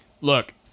look